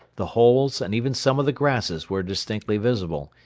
the holes and even some of the grasses were distinctly visible,